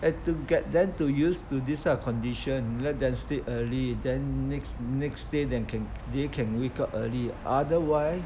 have to get them to use to this kind of condition let them sleep early then next next day then can they can wake up early otherwise